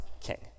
king